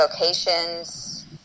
locations